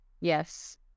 Yes